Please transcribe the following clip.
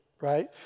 right